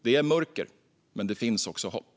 Det är mörker, men det finns också hopp.